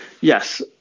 Yes